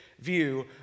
view